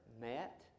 met